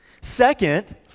Second